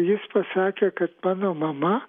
jis pasakė kad mano mama